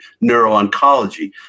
neuro-oncology